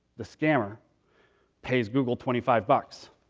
the scammer pays google twenty five bucks.